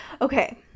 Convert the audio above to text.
Okay